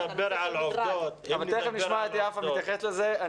אם הוא מדבר על עובדות --- אבל תיכף נשמע את יפה מתייחסת לזה.